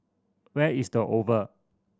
where is The Oval